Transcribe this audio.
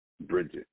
Bridget